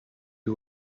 you